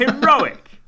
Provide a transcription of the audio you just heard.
Heroic